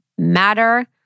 matter